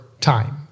time